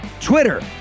twitter